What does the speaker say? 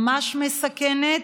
ממש מסכנת,